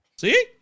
See